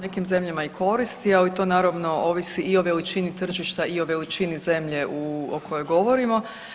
nekim zemljama i koristi, ali to naravno ovisi i o veličini tržišta i o veličini zemlje o kojoj govorimo.